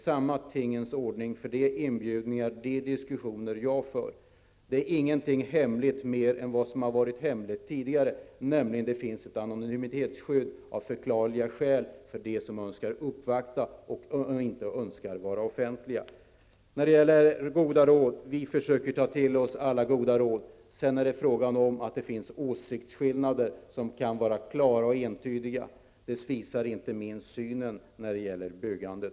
Samma tingens ordning gäller för de inbjudningar jag gör och de diskussioner jag för. Ingenting är hemligt mer än det som har varit hemligt tidigare, nämligen att det av förklarliga skäl finns ett anonymitetsskydd för dem som önskar uppvakta departementet men som inte önskar vara offentliga. Vi försöker ta till oss alla goda råd, men sedan finns det naturligtvis åsiktsskillnader, som kan vara klara och entydiga. Detta framgår inte minst av synen på byggandet.